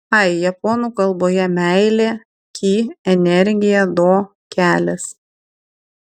ai japonų kalboje meilė ki energija do kelias